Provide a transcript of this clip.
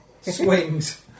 swings